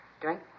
Drink